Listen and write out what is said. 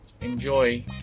Enjoy